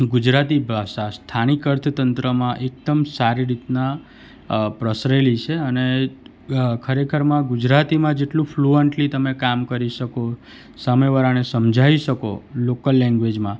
ગુજરાતી ભાષા સ્થાનિક અર્થતંત્રમાં એકદમ સારી રીતના પ્રસરેલી છે અને ખરેખરમાં ગુજરાતીમાં જેટલું ફ્લૂઅંટલી તમે કામ કરી શકો સામે વારાને સમજાવી શકો લોકલ લેંગ્વેજમાં